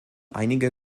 einige